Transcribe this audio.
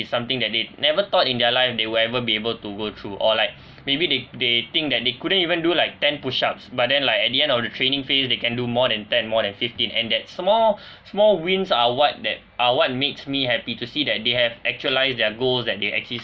it's something that they never thought in their life they will ever be able to go through or like maybe they they think that they couldn't even do like ten push ups but then like at the end of the training phase they can do more than ten more than fifteen and that small small wins are what that are what makes me happy to see that they have actualised their goals that they actually